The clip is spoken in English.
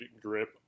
grip